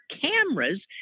cameras